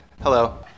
Hello